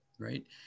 Right